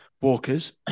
Walkers